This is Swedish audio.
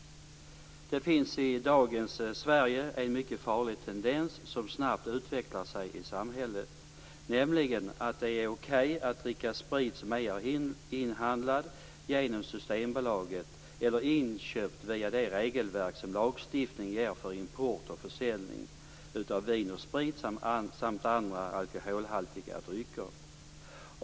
Det finns i dagens Sverige en mycket farlig tendens som snabbt utvecklar sig i samhället, nämligen att det är okej att dricka sprit som ej är inhandlad genom Systembolaget eller inköpt via det regelverk som lagstiftningen ger för import och försäljning av vin och sprit samt andra alkoholhaltiga drycker.